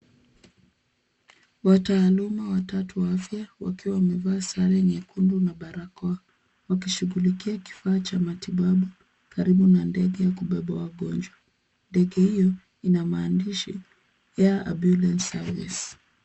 Wataaluma watatu wa afya wakiwa wamevaa sare nyekundu na barakoa, wakishughulikia kifaa cha matibabu karibu na ndege ya kubeba wagonjwa. Ndege hio ina maandishi, air ambulance service.